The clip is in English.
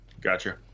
gotcha